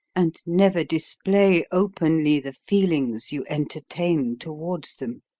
and never display openly the feelings you entertain towards them.